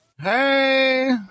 hey